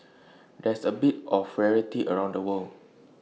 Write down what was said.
that's A bit of rarity around the world